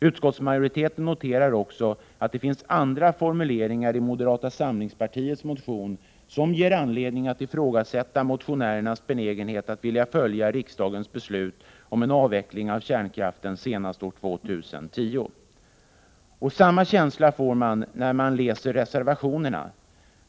Utskottsmajoriteten noterar också att det finns andra formuleringar i moderata samlingspartiets motion som ger anledning att ifrågasätta motionärernas benägenhet att följa riksdagens beslut om avveckling av kärnkraften senast år 2010. Samma känsla får man när man läser reservationerna.